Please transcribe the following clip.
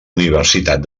universitat